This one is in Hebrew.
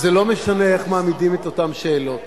וזה לא משנה איך מעמידים את אותן שאלות.